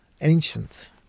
ancient